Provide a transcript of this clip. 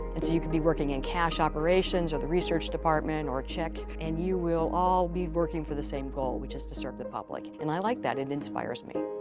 and so you can be working and cash operations or the research department or check, and you will all be working for the same goal, which is to serve the public, and i like that. it inspires me.